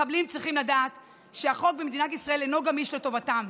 מחבלים צריכים לדעת שהחוק במדינת ישראל אינו גמיש לטובתם.